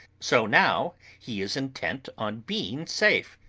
so now he is intent on being safe,